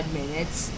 minutes